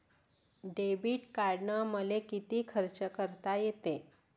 Debit कार्डानं मले किती खर्च करता येते?